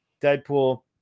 Deadpool